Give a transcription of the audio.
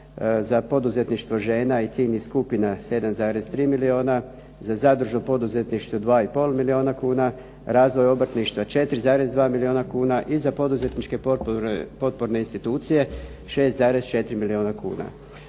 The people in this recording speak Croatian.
za poduzetništvo žena i ciljnih skupina 7,3 milijuna, za zadružno poduzetništvo 2,5 milijuna kuna, razvoj obrtništva 4,2 milijuna kuna i za poduzetničke potporne institucije 6,4 milijuna kuna.